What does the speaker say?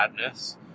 madness